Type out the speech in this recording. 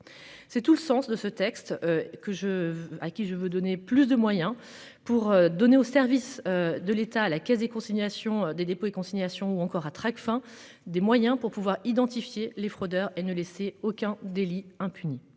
C'est tout le sens de ce texte que je à qui je veux donner plus de moyens pour donner aux services de l'État, à la Caisse des consignation des dépôts et consignations ou encore à Tracfin, des moyens pour pouvoir identifier les fraudeurs et ne laisser aucun délit impunis.